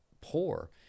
poor